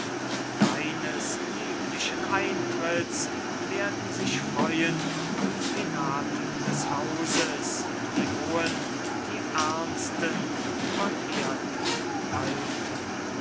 deines lieblichen eintritts werden sich freuen die penaten des hauses die hohen die ernsten verehrten alten